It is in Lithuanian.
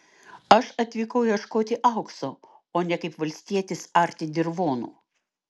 aš atvykau ieškoti aukso o ne kaip valstietis arti dirvonų